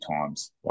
times